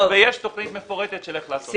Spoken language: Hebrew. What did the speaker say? ויש תוכנית מפורטת של איך לעשות את זה.